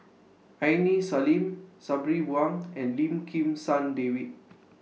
Aini Salim Sabri Buang and Lim Kim San David